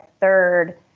third